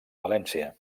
valència